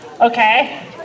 okay